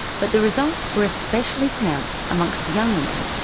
but the results were especially pronounced among so young women.